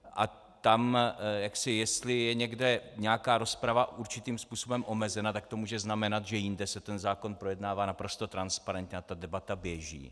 A jestli je někde nějaká rozprava určitým způsobem omezena, tak to může znamenat, že jinde se ten zákon projednává naprosto transparentně a debata běží.